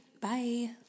bye